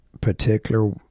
particular